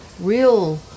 real